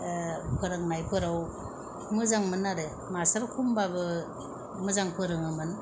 फोरोंनायफोराव मोजांमोन आरो मास्टार खमबाबो मोजां फोरोङोमोन